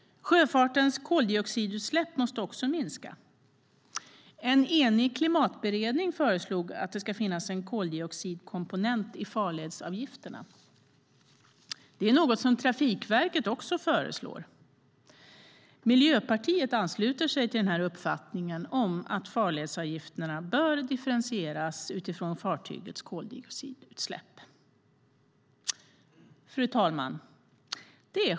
Sjöfartens koldioxidutsläpp måste också minska. En enig klimatberedning föreslog att det ska finnas en koldioxidkomponent i farledsavgifterna, något som även Trafikverket föreslår. Miljöpartiet ansluter sig till uppfattningen att farledsavgifterna bör differentieras utifrån fartygens koldioxidutsläpp. Fru talman!